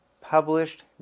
published